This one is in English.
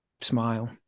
smile